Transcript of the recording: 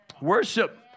Worship